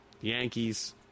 Yankees